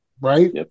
right